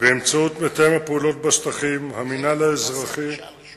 באמצעות מתאם הפעולות בשטחים, המינהל האזרחי